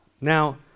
Now